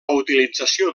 utilització